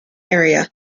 area